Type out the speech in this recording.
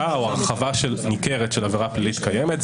או בהרחבה ניכרת של עבירה פלילית קיימת.